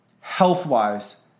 health-wise